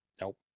Nope